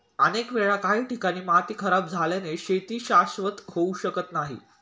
अनेक वेळा काही ठिकाणी माती खराब झाल्याने शेती शाश्वत होऊ शकत नाही